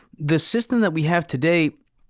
the system that we have today,